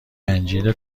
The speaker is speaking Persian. انجیر